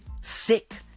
sick